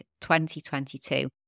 2022